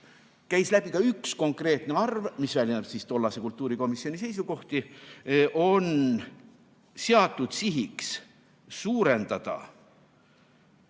käis läbi üks konkreetne arv, mis kajastab tollase kultuurikomisjoni seisukohti: seati sihiks suurendada